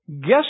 guess